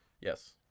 Yes